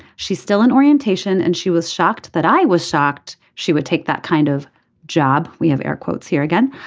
she's still in orientation and she was shocked that i was shocked she would take that kind of job. we have air quotes here again.